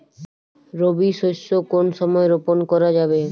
রবি শস্য কোন সময় রোপন করা যাবে?